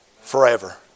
forever